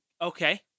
okay